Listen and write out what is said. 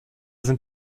sind